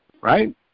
right